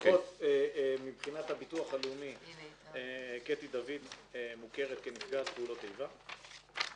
לפחות מבחינת הביטוח הלאומי קטי דוד מוכרת כנפגעת פעולות איבה.